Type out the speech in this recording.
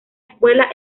escuela